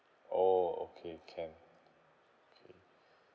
orh okay can okay